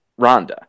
Rhonda